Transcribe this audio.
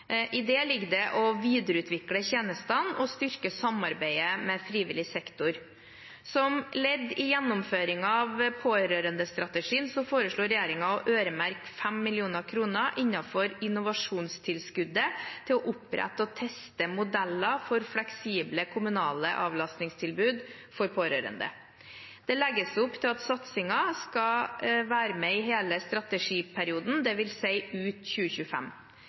I det ligger det å videreutvikle tjenestene og styrke samarbeidet med frivillig sektor. Som ledd i gjennomføringen av pårørendestrategien foreslår regjeringen å øremerke 5 mill. kr innenfor innovasjonstilskuddet til å opprette og teste modeller for fleksible, kommunale avlastningstilbud for pårørende. Det legges opp til at satsingen skal være med i hele strategiperioden, dvs. ut 2025.